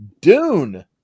Dune